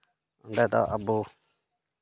ᱚᱸᱰᱮ ᱫᱚ ᱟᱵᱚ